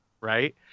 Right